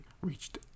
reached